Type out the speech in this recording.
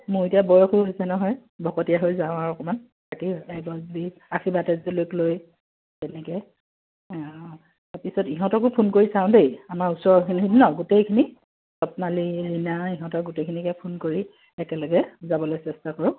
মোৰ এতিয়া বয়সো হৈছে নহয় ভকতীয়া হৈ যাওঁ আৰু অকণমান চাকি এগছ দি আশীৰ্বাদ এজোলোক লৈ তেনেকৈ অ' তাৰপিছত ইহঁতকো ফোন কৰি চাওঁ দেই আমাৰ ওচৰৰখিনিক ন গোটেইখিনিক স্বপ্নালী ৰিণা ইহঁতক গোটেইখিনিকে ফোন কৰি একেলগে যাবলৈ চেষ্টা কৰোঁ